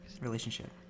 Relationship